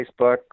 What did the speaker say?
Facebook